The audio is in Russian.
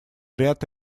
ряд